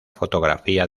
fotografía